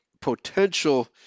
potential